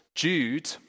Jude